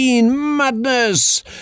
Madness